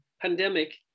pandemic